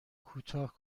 کوتاه